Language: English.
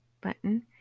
button